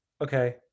okay